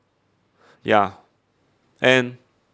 ya and